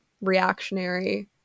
reactionary